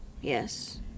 yes